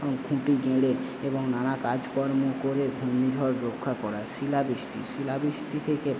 খুঁটি গেড়ে এবং নানারকম কাজকর্ম করে ঘূর্ণিঝড় রক্ষা করা শিলাবৃষ্টি শিলাবৃষ্টি থেকে